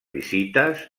visites